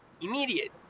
immediate